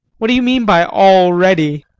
what do you mean by already?